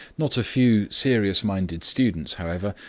not a few serious-minded students, however,